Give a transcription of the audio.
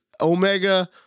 Omega